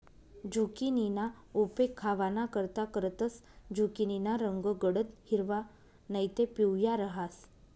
झुकिनीना उपेग खावानाकरता करतंस, झुकिनीना रंग गडद हिरवा नैते पिवया रहास